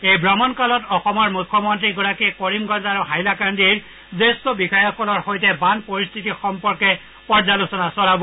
এই ভ্ৰমণকালত অসমৰ মুখ্যমন্ত্ৰীগৰাকী কৰিমগঞ্জ আৰু হাইলাকান্দি জ্যেষ্ঠ বিষয়াসকলৰ সৈতে বান পৰিস্থিতি সম্পৰ্কে পৰ্যালোচনা চলাব